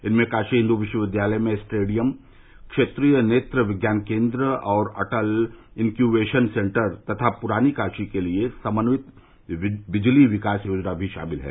इनमें काशी हिन्द् विश्वविद्यालय में स्टेडियम क्षेत्रीय नेत्र विज्ञान केन्द्र और अटल इनक्यूरेशन सेंटर तथा पुरानी काशी के लिए समन्यित विजली विकास योजना भी शामिल हैं